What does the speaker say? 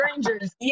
strangers